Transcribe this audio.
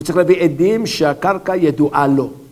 הוא צריך להביא עדים שהקרקע ידועה לו.